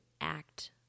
act